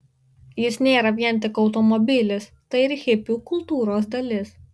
jis nėra vien tik automobilis tai ir hipių kultūros dalis